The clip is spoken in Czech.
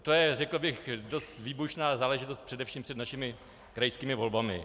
To je, řekl bych, dost výbušná záležitost především před našimi krajskými volbami.